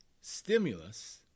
stimulus